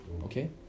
okay